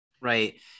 Right